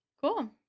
Cool